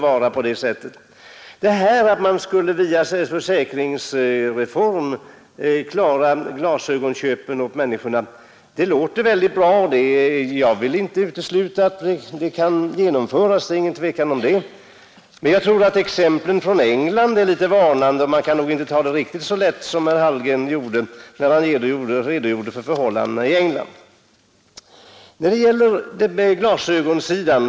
Det låter också mycket bra att genom en försäkringsreform klara av glasögonköpen åt människorna, och jag vill inte utesluta att den tanken kan förverkligas. Men jag tror inte att man utan vidare skall ta förhållandena i England som exempel. Man skall nog inte ta riktigt så lätt på den saken som herr Hallgren gjorde, när han redogjorde för hur det är ordnat i England.